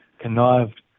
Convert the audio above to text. connived